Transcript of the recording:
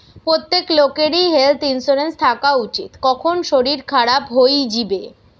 প্রত্যেক লোকেরই health insurance থাকা উচিত, কখন শরীর খারাপ হই যিবে